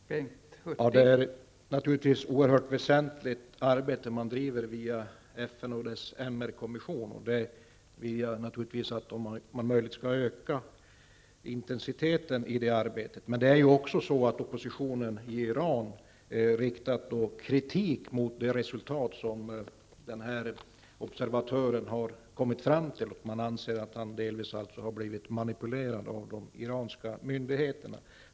Fru talman! Det är naturligtvis ett oerhört väsentligt arbete man bedriver via FN och dess MR kommission. Jag vill naturligtvis att man om möjligt skall öka intensiteten i det arbetet. Men oppositionen i Iran har riktat kritik mot det resultat som den här observatören har kommit fram till. Man anser att han delvis har blivit manipulerad av de iranska myndigheterna.